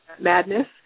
madness